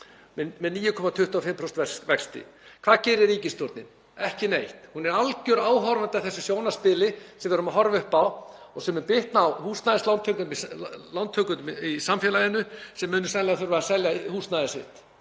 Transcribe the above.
með 9,25% vexti. Hvað gerir ríkisstjórnin? Ekki neitt. Hún er alger áhorfandi að þessu sjónarspili sem við erum að horfa upp á og mun bitna á húsnæðislántakendum í samfélaginu sem munu sennilega þurfa að selja húsnæðið sitt.